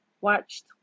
watched